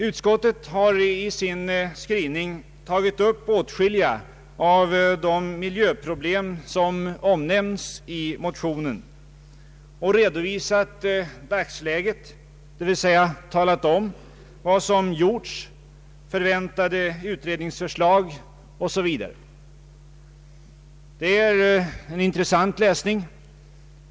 Utskottet har i sin skrivning tagit upp till diskussion åtskilliga av de miljöproblem som omnämns i motionen och redovisat dagsläget, dvs. talat om vad som gjorts, vilka utredningsförslag som väntas osv. Det är en intressant läsning.